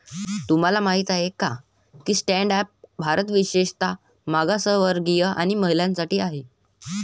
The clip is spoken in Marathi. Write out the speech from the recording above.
तुम्हाला माहित आहे का की स्टँड अप भारत विशेषतः मागासवर्गीय आणि महिलांसाठी आहे